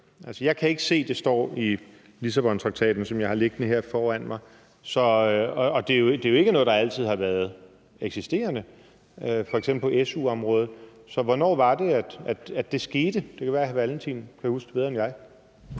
jeg kan ikke se, at det står i Lissabontraktaten, som jeg har liggende foran mig her. Det er jo ikke noget, der altid har eksisteret, f.eks. på su-området. Så hvornår var det, det skete? Det kan være, at hr. Kim Valentin kan huske det bedre end jeg.